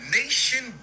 nation